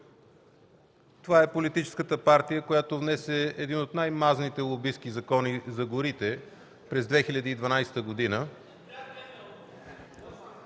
Това е политическата партия, която внесе един от най-мазните лобистки закони за горите през 2012 г.